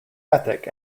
ethic